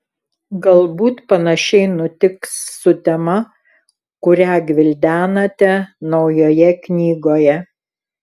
galbūt panašiai nutiks su tema kurią gvildenate naujoje knygoje